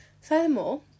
Furthermore